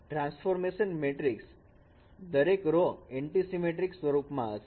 transformation મૅટ્રિકની દરેક row antisymmetric સ્વરૂપમાં હશે